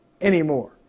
anymore